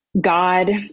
god